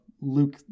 Luke